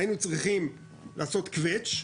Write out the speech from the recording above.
היינו צריכים לעשות קווץ'